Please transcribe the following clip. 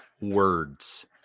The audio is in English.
words